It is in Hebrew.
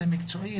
זה מקצועי,